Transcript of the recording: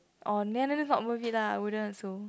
orh then that's not worth it lah I wouldn't also